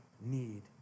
need